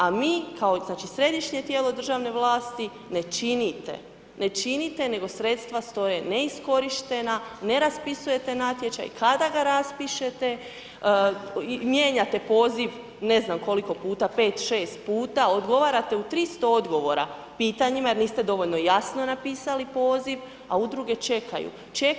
A mi kao središnje tijelo državne vlasti ne činite, ne činite, nego sredstva stoje neiskorištena, ne raspisujete natječaj, kada ga raspišete mijenjate poziv ne znam koliko puta, 5, 6 puta, odgovarate u 300 odgovora pitanjima jer niste dovoljno jasno napisali poziv, a udruge čekaju.